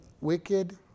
wicked